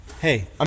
Hey